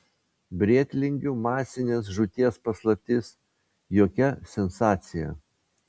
brėtlingių masinės žūties paslaptis jokia sensacija